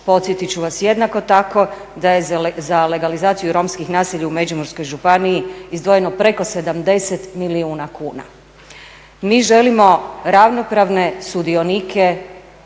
podsjetiti ću vas jednako tako da je za legalizaciju romskih naselja u Međimurskoj županiji izdvojeno preko 70 milijuna kuna. Mi želimo ravnopravne sudionike